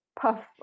puff